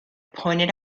pointed